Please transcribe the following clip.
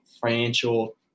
financial